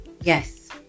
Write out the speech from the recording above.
Yes